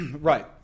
right